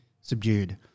subdued